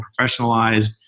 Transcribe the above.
professionalized